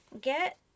get